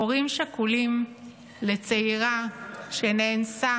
הורים שכולים לצעירה שנאנסה